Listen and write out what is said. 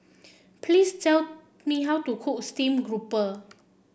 please tell me how to cook Steamed Grouper